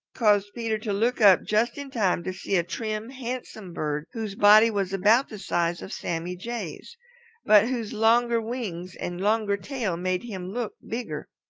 caused peter to look up just in time to see a trim, handsome bird whose body was about the size of sammy jay's but whose longer wings and longer tail made him look bigger.